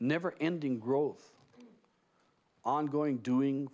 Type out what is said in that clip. never ending growth ongoing doing